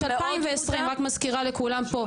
2020, רק מזכירה לכולם פה.